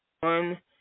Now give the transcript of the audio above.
one